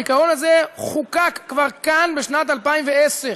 העיקרון הזה חוקק כבר כאן בשנת 2010,